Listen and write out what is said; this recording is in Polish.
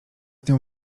nią